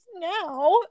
now